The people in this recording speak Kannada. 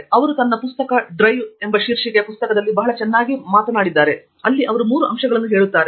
ಅವನು ತನ್ನ ಪುಸ್ತಕ ಶೀರ್ಷಿಕೆಯ ಡ್ರೈವ್ನಲ್ಲಿ ಬಹಳ ಚೆನ್ನಾಗಿ ಮಾಡಿದ್ದಾನೆ ಮತ್ತು ಅಲ್ಲಿ ಅವರು ಮೂರು ಅಂಶಗಳನ್ನು ತರುತ್ತದೆ